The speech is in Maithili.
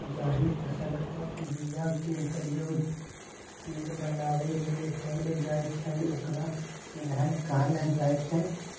जाहि फसलक बीया केर प्रयोग तेल बनाबै लेल कएल जाइ छै ओकरा तेलहन कहल जाइ छै